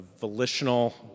volitional